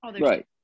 Right